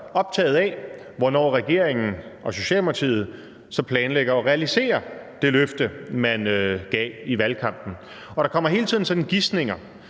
optaget af, hvornår regeringen og Socialdemokratiet så planlægger at realisere det løfte, man gav i valgkampen. Der kommer hele tiden gisninger.